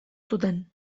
zuten